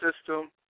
system